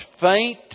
Faint